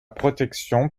protection